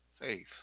faith